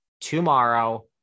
tomorrow